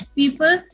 people